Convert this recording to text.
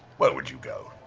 but would you go?